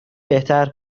بهتر